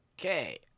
okay